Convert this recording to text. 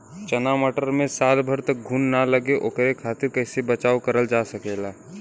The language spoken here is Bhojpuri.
चना मटर मे साल भर तक घून ना लगे ओकरे खातीर कइसे बचाव करल जा सकेला?